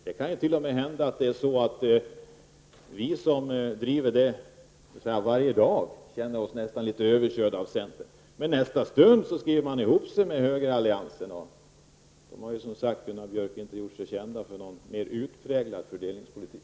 Det kan t.o.m. hända att vi som driver frågorna på det här området varje dag nästan känner oss litet överkörda av centern. I den andra stunden skriver man ihop sig med högeralliansen, och den har ju inte gjort sig känd för någon mer utpräglad fördelningspolitik.